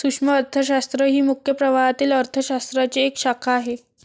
सूक्ष्म अर्थशास्त्र ही मुख्य प्रवाहातील अर्थ शास्त्राची एक शाखा आहे